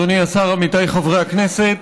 אדוני השר, עמיתיי חברי הכנסת,